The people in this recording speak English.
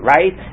Right